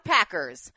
Packers